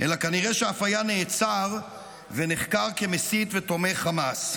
אלא כנראה שאף היה נעצר ונחקר כמסית ותומך חמאס.